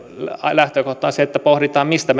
lähtökohta on se että pohditaan mistä